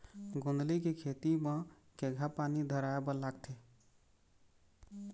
गोंदली के खेती म केघा पानी धराए बर लागथे?